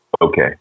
okay